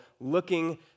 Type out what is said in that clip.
looking